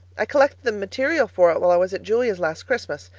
i collected the material for it while i was at julia's last christmas.